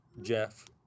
Jeff